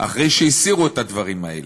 אחרי שהסירו את הדברים האלה?